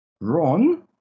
Ron